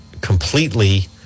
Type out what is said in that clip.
completely